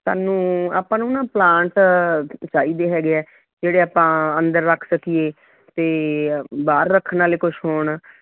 ਸਾਨੂੰ ਆਪਾਂ ਨੂੰ ਨਾ ਪਲਾਂਟ ਚਾਹੀਦੇ ਹੈਗੇ ਆ ਜਿਹੜੇ ਆਪਾਂ ਅੰਦਰ ਰੱਖ ਸਕੀਏ ਅਤੇ ਬਾਹਰ ਰੱਖਣ ਵਾਲੇ ਕੁਛ ਹੋਣ